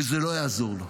זה לא יעזור לו,